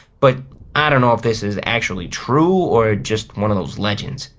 but i don't know if this is actually true or just one of those legends.